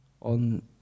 on